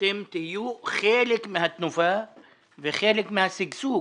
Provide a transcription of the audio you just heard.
שאתם תהיו חלק מהתנופה וחלק מהשגשוג